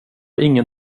ingen